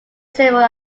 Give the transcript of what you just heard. several